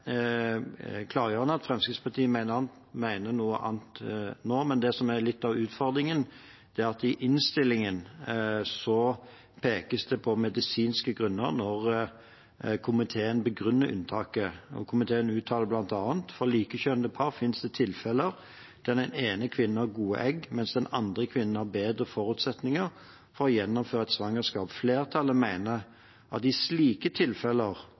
litt av utfordringen, er at det i innstillingen pekes på medisinske grunner når komiteen begrunner unntaket. Komiteen uttaler bl.a. «For likekjønnede par finnes det tilfeller der den ene kvinnen har gode egg, mens den andre kvinnen har bedre forutsetninger for å gjennomføre et svangerskap. Flertallet mener at det i slike tilfeller